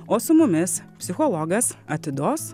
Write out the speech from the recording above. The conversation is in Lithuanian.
o su mumis psichologas atidos